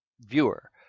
viewer